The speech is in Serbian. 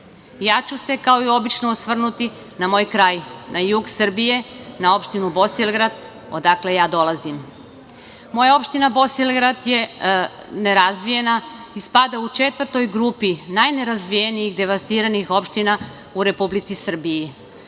ću se kao i obično osvrnuti na moj kraj, na jug Srbije, na opštinu Bosilegrad, odakle dolazim. Moja opština Bosilegrad je nerazvijena i spada u četvrtu grupu najnerazvijenijih devastiranih opština u Republici Srbiji.